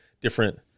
different